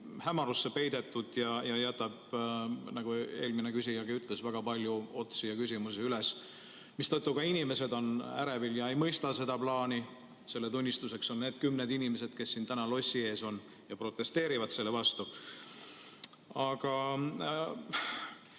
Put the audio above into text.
hämarusse peidetud ja jätab, nagu eelmine küsijagi ütles, väga palju otsi ja küsimusi üles, mistõttu ka inimesed on ärevil ega mõista seda plaani. Selle tunnistuseks on need kümned inimesed, kes täna siin lossi ees on ja protesteerivad selle vastu. Aga